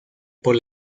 por